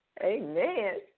Amen